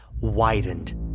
widened